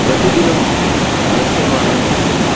प्रतिदिनं नश्यमानं दृश्यते